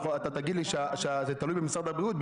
אתה תגיד לי שזה תלוי במשרד הבריאות,